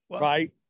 right